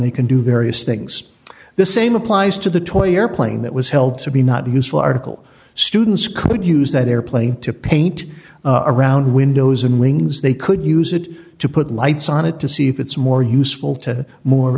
they can do various things the same applies to the toy airplane that was held to be not useful article students could use that airplane to paint a round windows and wings they could use it to put lights on it to see if it's more useful to more